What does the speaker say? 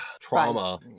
trauma